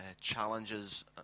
challenges